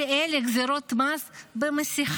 כל אלו גזירות מס במסכה,